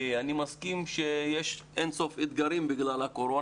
אני מסכים שיש אין סוף אתגרים בגלל הקורונה.